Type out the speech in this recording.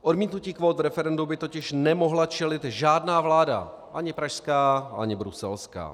Odmítnutí kvót v referendu by totiž nemohla čelit žádná vláda, ani pražská, ani bruselská.